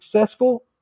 successful